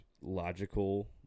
logical